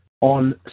On